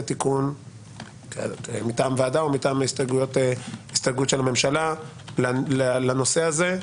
תיקון מטעם הוועדה או מטעם הסתייגויות של הממשלה לנושא הזה,